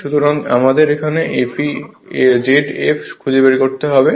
সুতরাং আমাদের এখন Zf খুঁজে বের করতে হবে